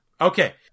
Okay